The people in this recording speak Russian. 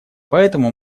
поэтому